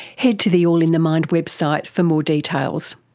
head to the all in the mind website for more details.